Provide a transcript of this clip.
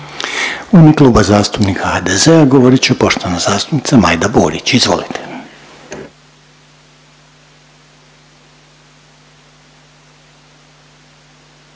U ime Kluba zastupnika HDZ-a govorit će poštovana zastupnica Majda Burić. Izvolite.